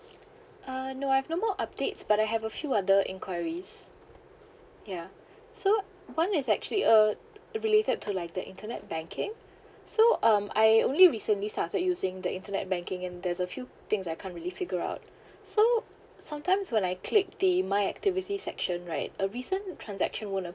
uh no I've no more updates but I have a few other inquiries ya so one is actually uh related to like the internet banking so um I only recently started using the internet banking and there's a few things I can't really figure out so sometimes when I click the my activity section right a recent transaction won't